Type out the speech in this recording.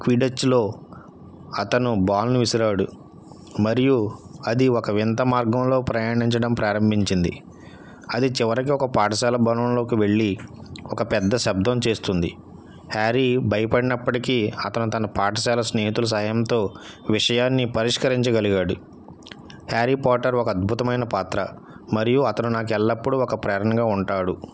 క్విడజ్లో అతను బాలుని విసిరాడు మరియు అది ఒక వింత మార్గంలో ప్రయాణించడం ప్రారంభించింది అది చివరికి ఒక పాఠశాల భవనంలోకి వెళ్ళి ఒక పెద్ద శబ్దం చేస్తుంది హ్యారీ భయపడినప్పటికి అతను తన పాఠశాల స్నేహితులు సహాయంతో విషయాన్ని పరిష్కరించగలిగాడు హ్యారీ పోటర్ ఒక అద్భుతమైన పాత్ర మరియు అతను నాకు ఎల్లప్పుడు ఒక ప్రేరణగా ఉంటాడు